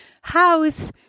house